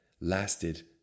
lasted